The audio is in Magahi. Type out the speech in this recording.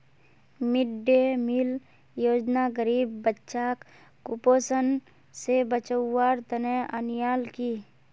मिड डे मील योजना गरीब बच्चाक कुपोषण स बचव्वार तने अन्याल कि